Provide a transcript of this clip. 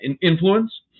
influence